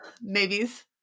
maybes